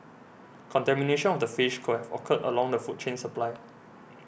contamination of the fish could have occurred along the food chain supply